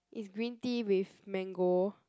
it's green tea with mango